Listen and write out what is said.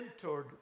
mentored